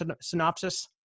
synopsis